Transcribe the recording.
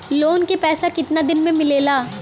Loan के पैसा कितना दिन मे मिलेला?